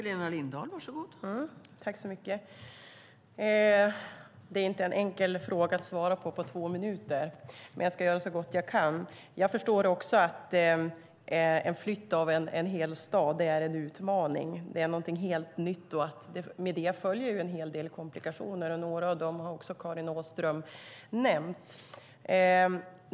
Fru talman! Det är inte enkelt att svara på den frågan på två minuter, men jag ska göra så gott jag kan. Jag förstår också att en flytt av en hel stad är en utmaning. Det är någonting helt nytt, och med det följer en hel del komplikationer. Några av dem har också Karin Åström nämnt.